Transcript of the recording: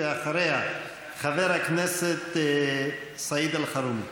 אחריה, חבר הכנסת סעיד אלחרומי.